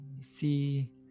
see